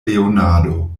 leonardo